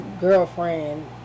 girlfriend